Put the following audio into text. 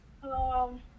Hello